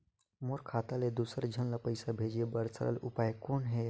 मोर खाता ले दुसर झन ल पईसा भेजे बर सरल उपाय कौन हे?